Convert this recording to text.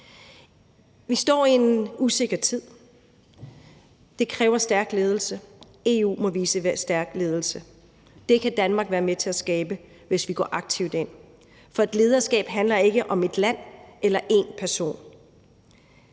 Vi lever i en usikker tid. Det kræver stærk ledelse. EU må vise stærkt lederskab. Det kan Danmark være med til at skabe, hvis vi går aktivt ind i det. For et lederskab handler ikke om et land eller en person.